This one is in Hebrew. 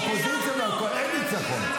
-- האופוזיציה והקואליציה, אין ניצחון.